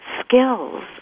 skills